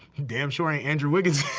damn sure ain't andrew wiggins.